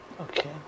Okay